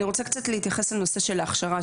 אני רוצה קצת להתייחס לנושא של ההכשרה,